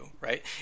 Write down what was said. right